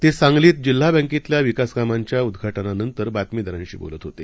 ते सांगलीत जिल्हा बँकेतल्या विकासकामांच्या उद्घाटनानंतर बातमीदारांशी बोलत होते